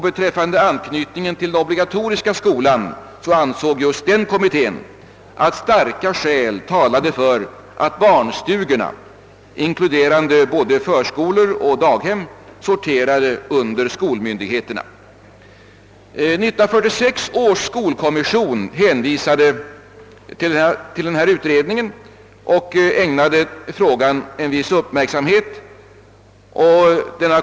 Beträffande anknytningen till den obligatoriska skolan ansåg denna kommitté att starka skäl talade för att barnstugorna, inkluderande både förskolor och daghem, skulle sortera under skolmyndigheterna. 1946 års skolkommission hänvisade till den sistnämnda utredningen och ägnade frågan en viss uppmärksamhet.